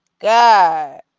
God